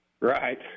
Right